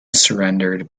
surrendered